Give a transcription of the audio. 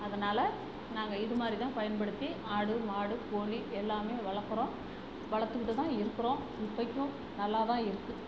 அதனால நாங்க இது மாரி தான் பயன்படுத்தி ஆடு மாடு கோழி எல்லாமே வளக்குறோம் வளத்துக்கிட்டு தான் இருக்குறோம் இப்பைக்கும் நல்லா தான் இருக்கு